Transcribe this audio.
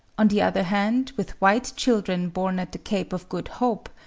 on the other hand, with white children born at the cape of good hope,